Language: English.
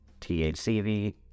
THCV